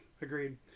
Agreed